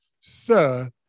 Sir